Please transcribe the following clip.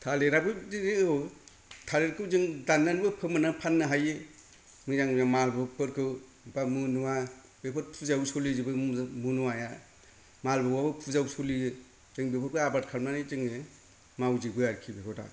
थालिराबो बिदिनो औ थालिरखौ जों दाननानैबो फोमोना फाननो हायो मोजां मोजां मालभगफोरखौ बा मुनुवा बेफोर फुजायाव सलि जोबो मुनुवाया मालभगाबो फुजायाव सलियो जों बेफोरखौहाय आबाद खालामनानै जोङो मावजोबो आरखि बेखौ दा